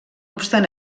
obstant